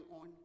on